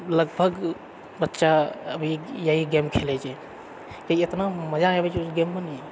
लगभग बच्चा अभी इएह गेम खेलै छै कि एतना मजा अबैत छै उस गेममे ने